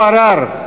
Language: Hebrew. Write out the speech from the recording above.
עראר,